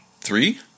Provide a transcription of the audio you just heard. three